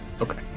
Okay